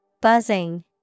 Buzzing